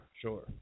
sure